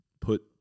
put